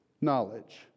knowledge